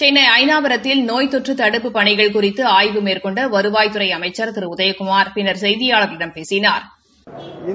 சென்னை அயனாவரத்தில் நோய் தொற்று தடுப்புப் பணிகள் குறித்து ஆய்வு மேற்னெண்ட வருவாய்த்துறை அமைச்சா் திரு உதயகுமாா் பின்னா் செய்தியாளா்களிடம் பேசினாா்